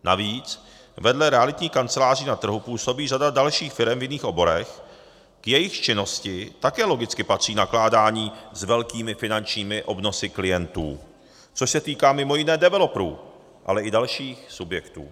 Navíc vedle realitních kanceláří na trhu působí řada dalších firem v jiných oborech, k jejichž činnosti také logicky patří nakládání s velkými finančními obnosy klientů, což se týká mimo jiné developerů, ale i dalších subjektů.